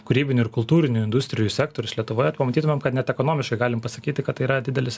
kūrybinių ir kultūrinių industrijų sektorius lietuvoje tai pamatytumėm kad net ekonomiškai galim pasakyti kad tai yra didelis